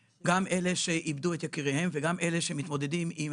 אלה שאיבדו את יקיריהן וגם אלה שמתמודדים עם